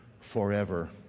forever